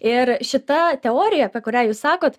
ir šita teorija apie kurią jūs sakot